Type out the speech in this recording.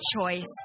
choice